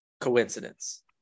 coincidence